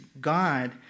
God